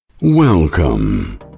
Welcome